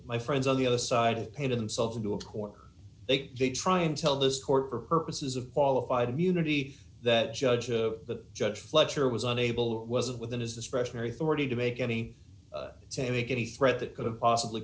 my friends on the other side painted themselves into a corner they they try and tell this court for purposes of qualified immunity that judge the judge fletcher was unable wasn't within his this fresh very thorny to make any say make any threat that could have possibly